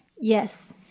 Yes